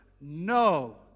No